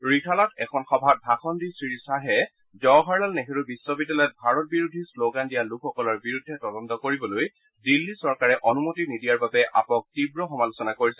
ৰিথালাত এখন সভাত ভাষণ দি শ্ৰীয়াহে জৱাহৰলাল নেহৰু বিশ্ববিদ্যালয়ত ভাৰত বিৰোধী শ্লগান দিয়া লোকসকলৰ বিৰুদ্ধে তদন্ত কৰিবলৈ দিল্লী চৰকাৰে অনুমতি নিদিয়াৰ বাবে আপক তীৱ সমালোচনা কৰিছে